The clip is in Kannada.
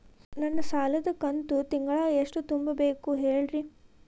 ನನ್ನ ಸಾಲದ ಕಂತು ತಿಂಗಳ ಎಷ್ಟ ತುಂಬಬೇಕು ಹೇಳ್ರಿ?